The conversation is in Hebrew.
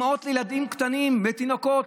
אימהות לילדים קטנים, תינוקות,